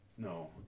No